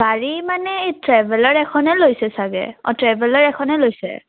গাড়ী মানে এই ট্ৰেভেলাৰ এখনে লৈছে চাগে অ' ট্ৰেভেলাৰ এখনে লৈছে